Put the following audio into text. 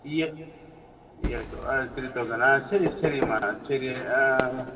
இய இயருக்கு ஆ த்ரீ தொளசணா சரி சரிமா சரி